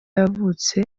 yavutse